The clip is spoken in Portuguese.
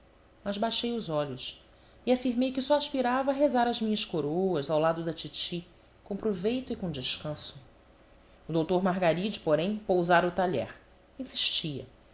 mas baixei os olhos e afirmei que só aspirava a rezar minhas coroas ao lado da titi com proveito e com descanso o doutor margaride porém pousara o talher insistia